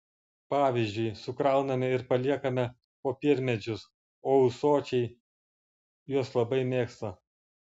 pavyzdžiui sukrauname ir paliekame popiermedžius o ūsočiai juos labai mėgsta